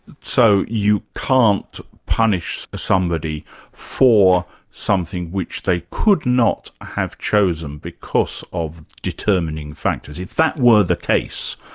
so you can't punish somebody for something which they could not have chosen because of determining factors. if that were the case,